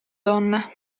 donna